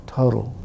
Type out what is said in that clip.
total